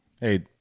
Hey